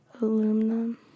Aluminum